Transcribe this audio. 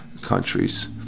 countries